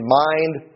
mind